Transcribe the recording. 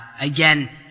again